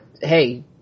Hey